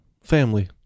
Family